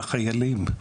לחיילים,